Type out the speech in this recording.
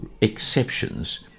exceptions